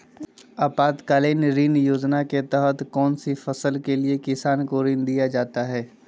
आपातकालीन ऋण योजना के तहत कौन सी फसल के लिए किसान को ऋण दीया जाता है?